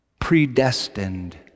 predestined